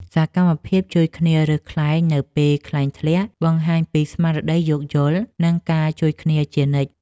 សកម្មភាពជួយគ្នារើសខ្លែងនៅពេលខ្លែងធ្លាក់ បង្ហាញពីស្មារតីយោគយល់ និងការជួយគ្នាជានិច្ច។